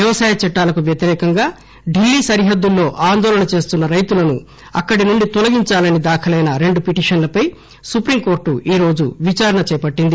వ్యవసాయ చట్టాలకు వ్యతిరేకంగా ఢిల్లీ సరిహద్దుల్లో ఆందోళన చేస్తున్న రైతులను అక్కడి నుండి తొలగించాలని దాఖలైన రెండు పిటీషన్లపై సుప్రీంకోర్టు ఈరోజు విచారణ జరిపింది